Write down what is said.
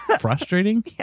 frustrating